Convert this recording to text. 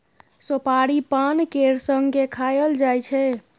सोपारी पान केर संगे खाएल जाइ छै